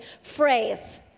phrase